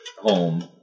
home